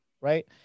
right